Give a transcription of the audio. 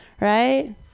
right